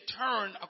turn